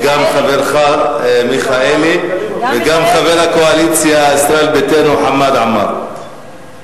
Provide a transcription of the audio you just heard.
וגם חברך מיכאלי וגם חבר הקואליציה מישראל ביתנו חמד עמאר.